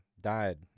died